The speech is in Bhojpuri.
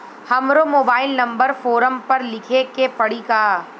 हमरो मोबाइल नंबर फ़ोरम पर लिखे के पड़ी का?